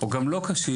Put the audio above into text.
או גם לא קשיש,